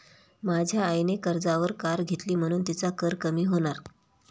माझ्या आईने कर्जावर कार घेतली म्हणुन तिचा कर कमी होणार